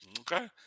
Okay